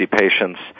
patients